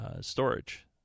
storage